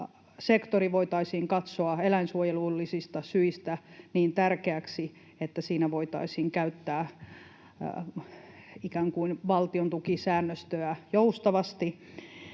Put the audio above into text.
sektori voitaisiin katsoa eläinsuojelullisista syistä niin tärkeäksi, että siinä voitaisiin käyttää ikään kuin valtiontukisäännöstöä joustavasti.